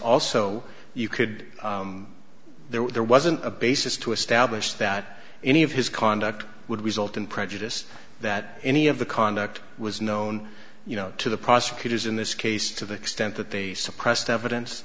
also you could there wasn't a basis to establish that any of his conduct would result in prejudice that any of the conduct was known you know to the prosecutors in this case to the extent that the suppressed evidence